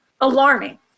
alarming